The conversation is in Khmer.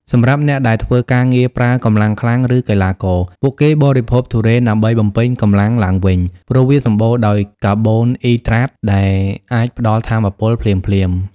សម្រាប់អ្នកដែលធ្វើការងារប្រើកម្លាំងខ្លាំង ឬកីឡាករ ពួកគេបរិភោគទុរេនដើម្បីបំពេញកម្លាំងឡើងវិញ ព្រោះវាសម្បូរដោយកាបូអ៊ីដ្រាតដែលអាចផ្តល់ថាមពលភ្លាមៗ។